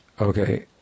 Okay